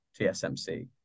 TSMC